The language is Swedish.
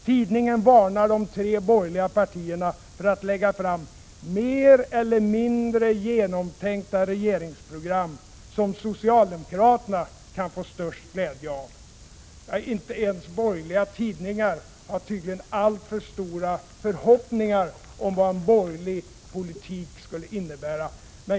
Tidningen varnar de tre borgerliga partierna för att lägga fram ”mer eller mindre genomtänkta regeringsprogram som socialdemokraterna kan få störst glädje av”. Inte ens borgerliga tidningar har tydligen särskilt stora förhoppningar om vad borgerlig politik skulle innebära.